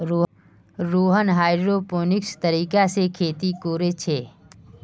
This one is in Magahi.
रोहन हाइड्रोपोनिक्स तरीका से खेती कोरे छे